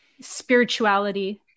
spirituality